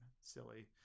silly